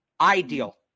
Ideal